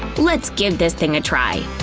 let's give this thing a try.